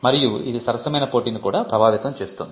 మరియు ఇది సరసమైన పోటీని కూడా ప్రభావితం చేస్తుంది